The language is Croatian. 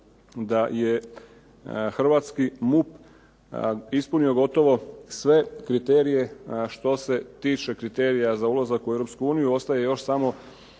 da je hrvatski MUP ispunio gotovo sve kriterije što se tiče kriterija za ulazak u Europsku uniju. Ostaje još samo